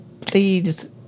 please